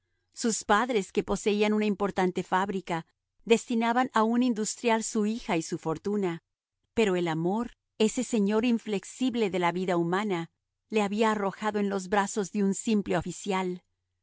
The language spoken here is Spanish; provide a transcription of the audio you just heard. sus padres que poseían una importante fábrica destinaban a un industrial su hija y su fortuna pero el amor ese señor inflexible de la vida humana le había arrojado en los brazos de un simple oficial